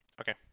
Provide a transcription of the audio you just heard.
Okay